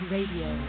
Radio